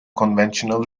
conventional